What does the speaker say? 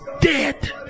dead